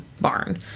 barn